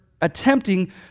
attempting